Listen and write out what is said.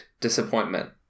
disappointment